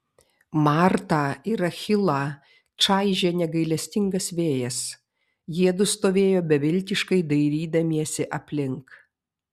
martą ir achilą čaižė negailestingas vėjas jiedu stovėjo beviltiškai dairydamiesi aplink